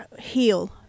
heal